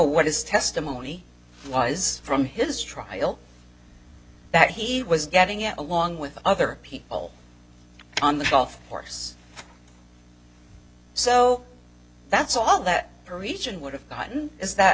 what his testimony was from his trial that he was getting it along with other people on the golf course so that's all that a region would have gotten is that